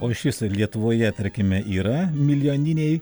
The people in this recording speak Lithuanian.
o iš viso lietuvoje tarkime yra milijoniniai